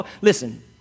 Listen